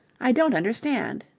i don't understand.